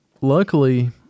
luckily